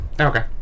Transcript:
okay